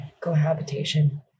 cohabitation